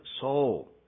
soul